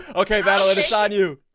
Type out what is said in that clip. okay, battle it aside you